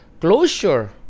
closure